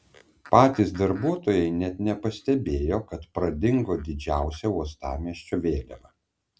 patys darbuotojai net nepastebėjo kad pradingo didžiausia uostamiesčio vėliava